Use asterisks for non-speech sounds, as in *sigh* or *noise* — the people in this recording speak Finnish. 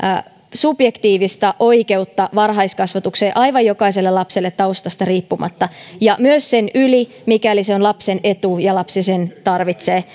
subjektiivista oikeutta varhaiskasvatukseen aivan jokaiselle lapselle taustasta riippumatta ja myös sen yli mikäli se on lapsen etu ja lapsi sen tarvitsee *unintelligible*